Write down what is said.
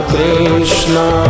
Krishna